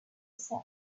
set